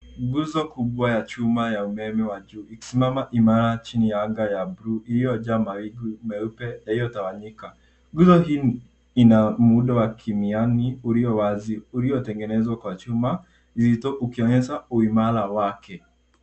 Nguzo kubwa ya chuma ya umeme wa juu ikisimama imara chini ya anga ya bluu iliyojaa mawingu meupe yaliyotawanyika. Nguzo hii ina muundo wa kimiani ulio wazi uliotengenezwa kwa chuma zilizo ukionyesha uimara wake.